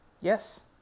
yes